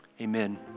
Amen